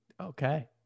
Okay